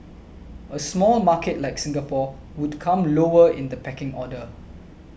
a small market like Singapore would come lower in the pecking order